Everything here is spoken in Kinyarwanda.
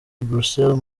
bruxelles